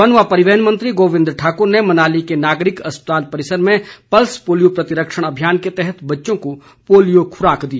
one व परिवहन मंत्री गोविंद ठाक्र ने मनाली के नागरिक अस्पताल परिसर में पल्स पोलियो प्रतिरक्षण अभियान के तहत बच्चों को पोलियो खुराक दी